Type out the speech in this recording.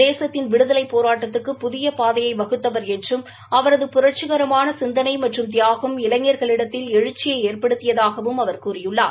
தேசத்தின் விடுதலைப் போராட்டத்துக்கு புதிய பாதையை வகுத்தவர் என்றும் அவரது புரட்சிரமாள சிந்தனை மற்றும் தியாகம் இளைஞர்களிடத்தில் எழுச்சியை ஏற்படுத்தியதாகவும் அவர் கூறியுள்ளார்